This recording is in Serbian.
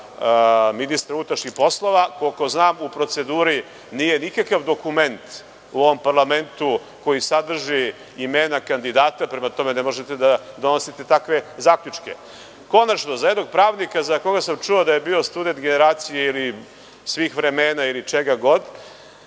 ministra unutrašnjih poslova. Koliko znam, u proceduri nije nikakav dokument u ovom parlamentu koji sadrži imena kandidata. Prema tome, ne možete da donosite takve zaključke. Konačno, za jednog pravnika za koga sam čuo da je bio student generacije ili svih vremena ili čega god,